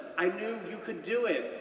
i knew you could do it,